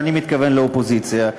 ואני מתכוון לאופוזיציה,